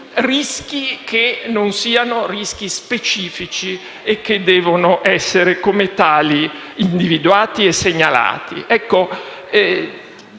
rischi che non siano rischi specifici, che devono essere come tali individuati e segnalati. Ecco,